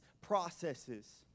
processes